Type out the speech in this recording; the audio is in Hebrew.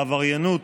בעבריינות